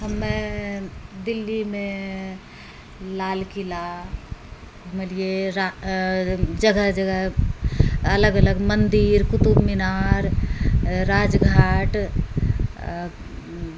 हमे दिल्लीमे लाल किला घूमलियै जगह जगह अलग अलग मन्दिर कुतुब मीनार राजघाट